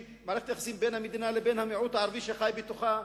מערכת היחסים בין המדינה לבין המיעוט הערבי שחי בתוכה,